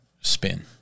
spin